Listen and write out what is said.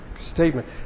statement